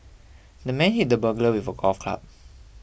the man hit the burglar with a golf club